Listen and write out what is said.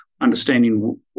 understanding